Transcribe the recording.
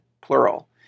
plural